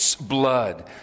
blood